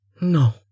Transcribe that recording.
No